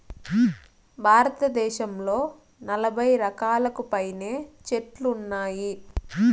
భారతదేశంలో నలబై రకాలకు పైనే చెట్లు ఉన్నాయి